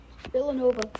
villanova